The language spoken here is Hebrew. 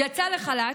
יצאה לחל"ת.